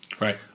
Right